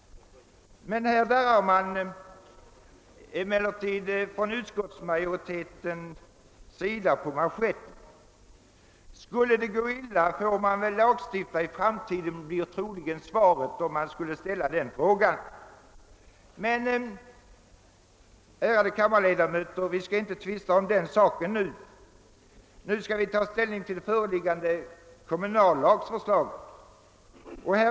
Den darrar - emellertid på manschetten. »Skulle det gå illa får vi väl lagstifta i framtiden», blir troligen svaret om man skulle fråga om saken. Vi skall emellertid, ärade kammarledamöter, inte tvista om detta. Nu skall vi ta ställning till det föreliggande kommunallagsförslaget.